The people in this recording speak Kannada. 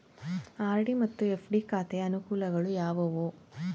ಆರ್.ಡಿ ಮತ್ತು ಎಫ್.ಡಿ ಖಾತೆಯ ಅನುಕೂಲಗಳು ಯಾವುವು?